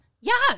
Yes